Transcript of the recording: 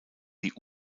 die